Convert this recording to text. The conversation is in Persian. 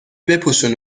بپوشون